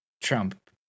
Trump